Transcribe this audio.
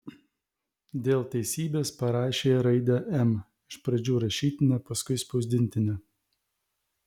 dėl teisybės parašė raidę m iš pradžių rašytinę paskui spausdintinę